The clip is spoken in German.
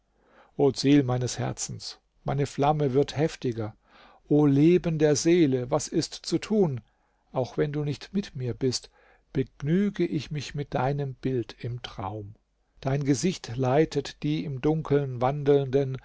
ziel meines herzens meine flamme wird heftiger o leben der seele was ist zu tun auch wenn du nicht mit mir bist begnüge ich mich mit deinem bild im traum dein gesicht leitet die im dunkeln wandelnden